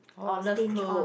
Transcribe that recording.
or stinge on